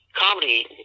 comedy